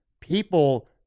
people